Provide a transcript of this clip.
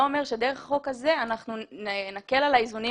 לא אומר שדרך החוק הזה אנחנו נקל על האיזונים